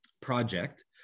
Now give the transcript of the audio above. project